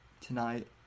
tonight